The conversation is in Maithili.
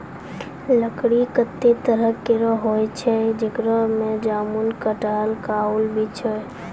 लकड़ी कत्ते तरह केरो होय छै, जेकरा में जामुन, कटहल, काहुल भी छै